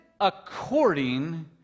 according